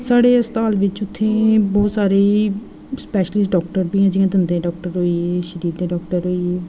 साढ़े हस्पताल बिच्च उत्थै बहुत सारे स्पैशलिस्ट डाक्टर बी हैन जि'यां दंदे दे डाक्टर होई गे शरीर दे डाक्टर होई गे